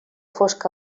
fosc